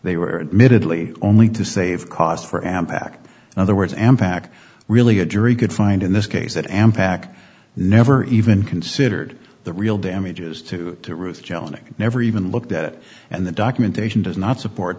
they were admittedly only to save costs for amtrak in other words am back really a jury could find in this case that am pack never even considered the real damages to ruth jelinek never even looked at it and the documentation does not support